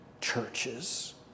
churches